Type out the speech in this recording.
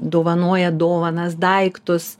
dovanoja dovanas daiktus